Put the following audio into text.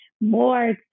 more